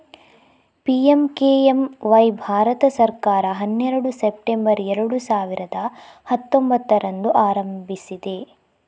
PMKMY ಭಾರತ ಸರ್ಕಾರ ಹನ್ನೆರಡು ಸೆಪ್ಟೆಂಬರ್ ಎರಡು ಸಾವಿರದ ಹತ್ತೊಂಭತ್ತರಂದು ಆರಂಭಿಸಿದೆ